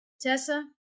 Tessa